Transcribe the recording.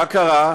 מה קרה?